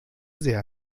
sehr